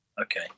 Okay